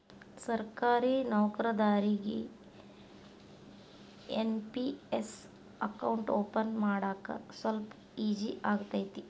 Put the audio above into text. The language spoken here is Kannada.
ಸರ್ಕಾರಿ ನೌಕರದಾರಿಗಿ ಎನ್.ಪಿ.ಎಸ್ ಅಕೌಂಟ್ ಓಪನ್ ಮಾಡಾಕ ಸ್ವಲ್ಪ ಈಜಿ ಆಗತೈತ